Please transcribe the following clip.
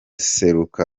seruka